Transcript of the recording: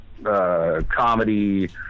Comedy